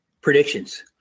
predictions